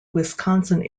wisconsin